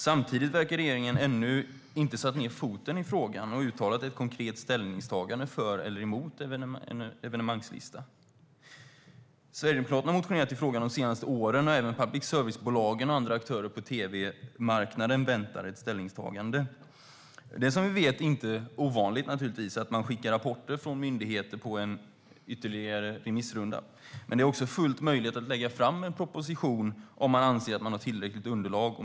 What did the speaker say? Samtidigt verkar regeringen ännu inte ha satt ned foten i frågan och uttalat ett konkret ställningstagande för eller emot en evenemangslista. Sverigedemokraterna har motionerat i frågan de senaste åren, och även public service-bolagen och andra aktörer på tv-marknaden väntar ett ställningstagande. Det är, som vi vet, inte ovanligt att man skickar rapporter från myndigheter på en ytterligare remissrunda, men det är också fullt möjligt att lägga fram en proposition om man anser att man har tillräckligt underlag.